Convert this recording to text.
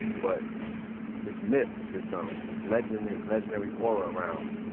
but this myth this um this legend, legendary aura around,